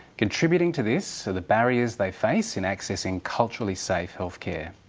contributing to this are the barriers they face in accessing culturally safe healthcare.